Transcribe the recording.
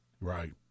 Right